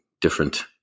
different